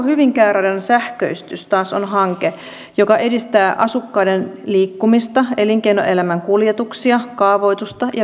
hankohyvinkää radan sähköistys taas on hanke joka edistää asukkaiden liikkumista elinkeinoelämän kuljetuksia kaavoitusta ja vientiä